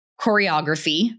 choreography